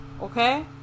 okay